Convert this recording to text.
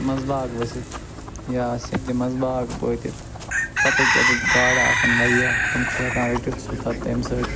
منٛزٕ باگ ؤسِتھ یا سٮ۪نٛدِ منٛزباگ وٲتِتھ توٚتتھ یتٮ۪تھ گاڈٕ آسن واریاہ تٕم چھِ ہٮ۪کان رٹِتھ سُہ تہ تمہِ سۭتۍ